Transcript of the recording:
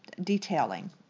detailing